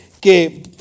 que